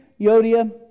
Yodia